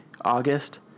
August